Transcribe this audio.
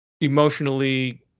emotionally